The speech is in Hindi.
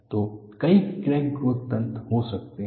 तो कई क्रैक ग्रोथ तंत्र हो सकते हैं